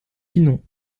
pinon